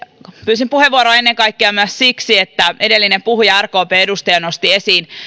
pyysin puheenvuoroa ennen kaikkea myös siksi että edellinen puhuja rkpn edustaja nosti esiin